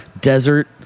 desert